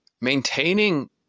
maintaining